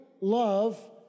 love